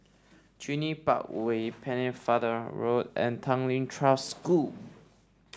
Park Way Pennefather Road and Tanglin Trust School